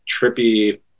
trippy